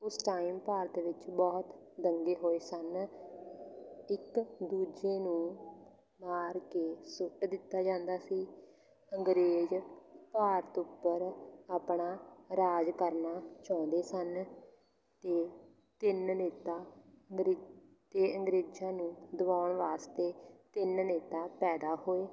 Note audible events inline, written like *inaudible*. ਉਸ ਟਾਈਮ ਭਾਰਤ ਵਿੱਚ ਬਹੁਤ ਦੰਗੇ ਹੋਏ ਸਨ ਇੱਕ ਦੂਜੇ ਨੂੰ ਮਾਰ ਕੇ ਸੁੱਟ ਦਿੱਤਾ ਜਾਂਦਾ ਸੀ ਅੰਗਰੇਜ਼ ਭਾਰਤ ਉੱਪਰ ਆਪਣਾ ਰਾਜ ਕਰਨਾ ਚਾਹੁੰਦੇ ਸਨ ਅਤੇ ਤਿੰਨ ਨੇਤਾ *unintelligible* ਅਤੇ ਅੰਗਰੇਜ਼ਾਂ ਨੂੰ ਦਬਾਉਣ ਵਾਸਤੇ ਤਿੰਨ ਨੇਤਾ ਪੈਦਾ ਹੋਏ